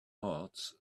hearts